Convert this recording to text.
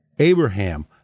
Abraham